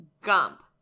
Gump